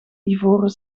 ivoren